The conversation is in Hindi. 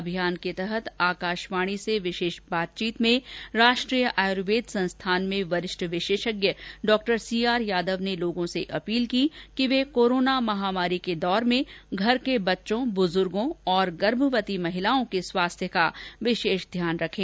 अभियान के तहत आकाशवाणी से विशेष बातचीत में राष्ट्रीय आयुर्वेद संस्थान में वरिष्ठ विशेषज्ञ डॉ सीआर यादव ने लोगों से अपील की कि वे कोरोना महामारी के दौर में घर के बच्चों ब्जूर्गों और गर्भवती महिलाओं के स्वास्थ्य का विशेष ध्यान रखें